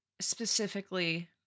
specifically